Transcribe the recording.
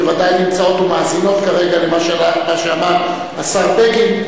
שוודאי נמצאות ומאזינות כרגע למה שאמר השר בגין.